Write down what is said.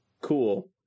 Cool